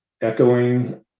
echoing